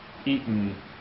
eaten